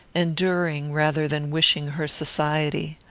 enduring rather than wishing her society.